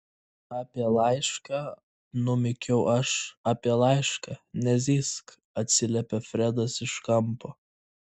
apie laišką numykiau aš apie laišką nezyzk atsiliepė fredas iš kampo